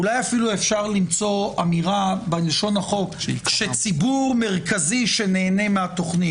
אולי אפילו אפשר למצוא אמירה בלשון החוק שציבור מרכזי שנהנה מהתוכנית